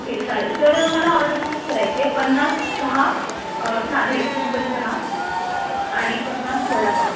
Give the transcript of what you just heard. okay चालेल तर मला ऑर्डर प्लेस करायची आहे पन्नास चहा साधे सिम्पल चहा आणि पन्नास वडापाव